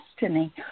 destiny